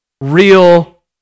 real